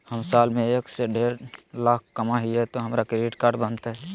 हम साल में एक से देढ लाख कमा हिये तो हमरा क्रेडिट कार्ड बनते?